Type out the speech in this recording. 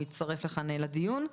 הוא יצטרף לכאן לדיון.